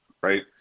right